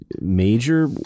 major